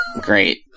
Great